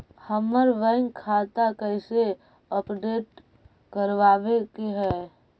हमर बैंक खाता कैसे अपडेट करबाबे के है?